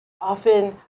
often